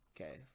okay